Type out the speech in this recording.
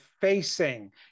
facing